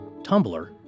Tumblr